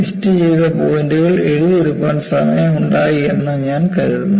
ലിസ്റ്റുചെയ്ത പോയിന്റുകൾ എഴുതിയെടുക്കാൻ സമയം ഉണ്ടായി എന്ന് ഞാൻ കരുതുന്നു